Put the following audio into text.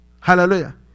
Hallelujah